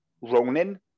ronin